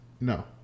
No